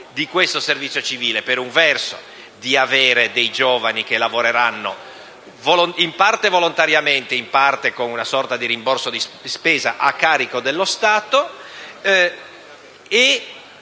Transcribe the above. di questo servizio civile, per un verso perché avranno giovani che lavoreranno (in parte volontariamente, in parte con una sorta di rimborso spese a carico dello Stato) e